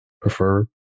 prefer